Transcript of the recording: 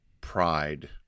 pride